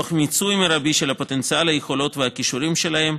תוך מיצוי מרבי של פוטנציאל היכולות והכישורים שלהם,